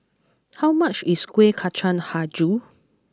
How much is Kuih Kacang HiJau